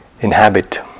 inhabit